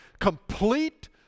Complete